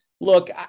Look